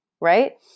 right